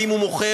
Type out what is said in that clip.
כי אם הוא מוכר,